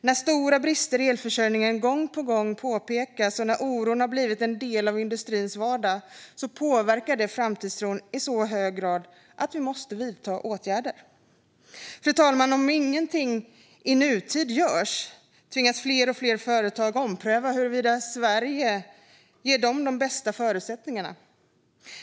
När stora brister i elförsörjningen gång på gång påpekas och när oron har blivit en del av industrins vardag påverkar det framtidstron i så hög grad att åtgärder måste vidtas. Om inget görs i nutid, fru talman, kommer allt fler företag att tvingas ompröva huruvida Sverige ger dem de bästa förutsättningarna.